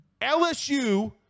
LSU